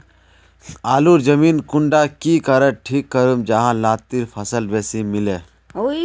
आलूर जमीन कुंडा की करे ठीक करूम जाहा लात्तिर फल बेसी मिले?